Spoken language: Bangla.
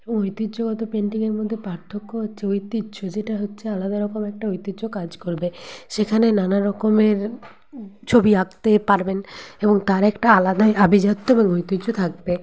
এবং ঐতিহ্যগত পেন্টিংয়ের মধ্যে পার্থক্য হচ্ছে ঐতিহ্য যেটা হচ্ছে আলাদা রকম একটা ঐতিহ্য কাজ করবে সেখানে নানারকমের ছবি আঁকতে পারবেন এবং তার একটা আলাদাই আভিজাত্য এবং ঐতিহ্য থাকবে